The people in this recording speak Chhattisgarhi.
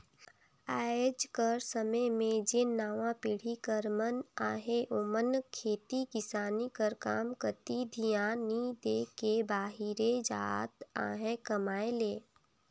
आएज कर समे में जेन नावा पीढ़ी कर मन अहें ओमन खेती किसानी कर काम कती धियान नी दे के बाहिरे जात अहें कमाए ले